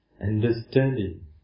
understanding